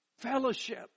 fellowship